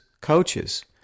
coaches